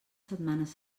setmanes